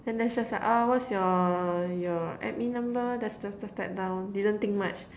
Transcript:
then next just oh what's your your admin number then just just type down didn't think much